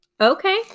Okay